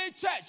church